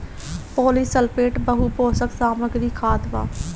polysulphate बहुपोषक सामग्री खाद बा